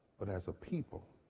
but as a people,